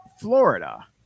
Florida